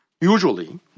Usually